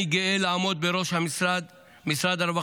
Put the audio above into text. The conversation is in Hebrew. אני גאה לעמוד בראש משרד הרווחה,